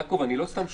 יעקב, אני לא סתם שואל.